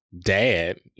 dad